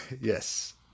Yes